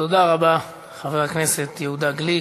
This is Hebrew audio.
תודה רבה, חבר הכנסת יהודה גליק.